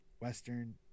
Western